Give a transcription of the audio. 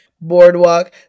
boardwalk